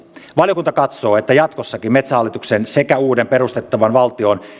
valiokunta katsoo että jatkossakin metsähallituksen sekä uuden perustettavan valtion